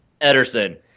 ederson